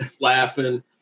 laughing